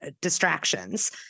distractions